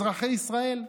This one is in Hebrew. אזרחי ישראל,